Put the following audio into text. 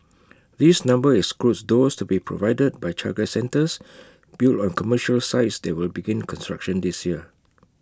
this number excludes those to be provided by childcare centres built on commercial sites that will begin construction this year